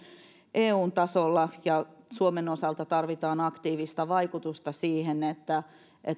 eun tasolla ja suomen osalta tarvitaan aktiivista vaikutusta siihen että